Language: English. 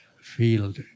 field